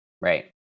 Right